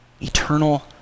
Eternal